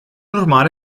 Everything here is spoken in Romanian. urmare